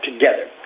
together